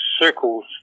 circles